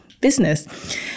business